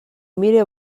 mire